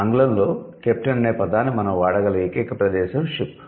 ఆంగ్లంలో కెప్టెన్ అనే పదాన్ని మనం వాడగల ఏకైక ప్రదేశం షిప్